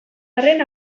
arren